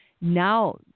now